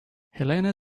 helena